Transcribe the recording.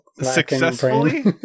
Successfully